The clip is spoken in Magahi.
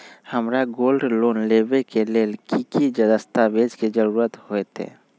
हमरा गोल्ड लोन लेबे के लेल कि कि दस्ताबेज के जरूरत होयेत?